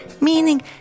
meaning